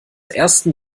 ersten